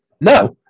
No